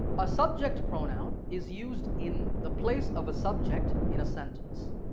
a subject pronoun is used in the place of a subject in a sentence.